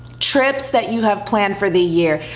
trips that you have planned for the year,